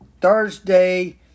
Thursday